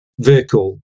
vehicle